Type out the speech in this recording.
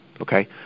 Okay